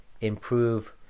improve